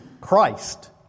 Christ